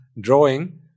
drawing